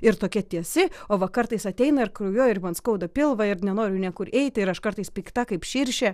ir tokia tiesi o va kartais ateina ir kraujuoja ir man skauda pilvą ir nenoriu niekur eiti ir aš kartais pikta kaip širšė